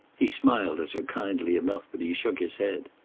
he smiled at her kindly enough, but he shook his head.